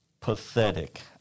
pathetic